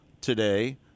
today